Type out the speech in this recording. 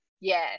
Yes